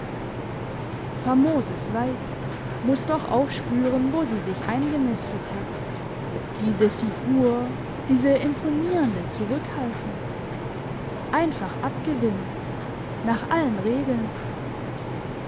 famoses weib muss doch aufspüren wo sie sich eingenistet hat diese figur diese imponierende zurückhaltung einfach abgewimmelt nach allen regeln